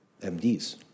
MDs